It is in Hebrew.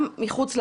גם מחוץ להפגנות,